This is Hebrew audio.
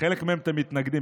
לחלק מהם אתם מתנגדים.